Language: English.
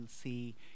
see